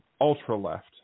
ultra-left